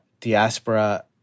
diaspora